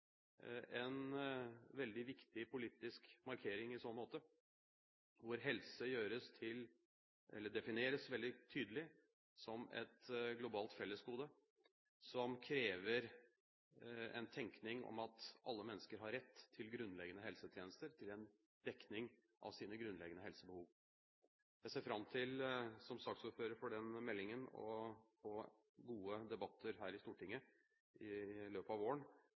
en veldig viktig politisk markering i så måte, hvor helse defineres veldig tydelig som et globalt fellesgode som krever en tenkning om at alle mennesker har rett til grunnleggende helsetjenester til en dekning av sine grunnleggende helsebehov. Jeg ser fram til, som saksordfører for den meldingen, å få gode debatter her i Stortinget i løpet av våren